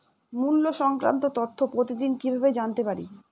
মুল্য সংক্রান্ত তথ্য প্রতিদিন কিভাবে জানতে পারি?